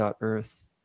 earth